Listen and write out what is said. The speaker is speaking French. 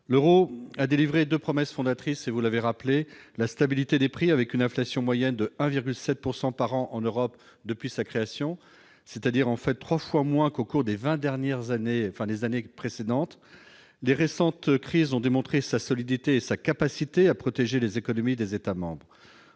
l'Euro a délivré de promesse fondatrice et vous l'avez rappelé la stabilité des prix, avec une inflation moyenne de 1,7 pourcent par an en Europe depuis sa création, c'est-à-dire en fait 3 fois moins qu'au cours des 20 dernières années, fin des années précédentes, les récentes crises ont démontré sa solidité et sa capacité à protéger les économies des États-membres,